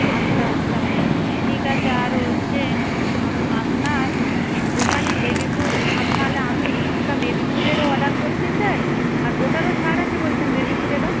আচ্ছা আচ্ছা ঠিক আছে আর হচ্ছে আপনার দোকানে বেবি ফুড তাহলে আমি কিছুটা বেবি ফুডেরও অর্ডার করতে চাই আর ওটারও ছাড় আছে বলছেন বেবি ফুডেরও